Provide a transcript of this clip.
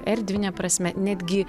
erdvine prasme netgi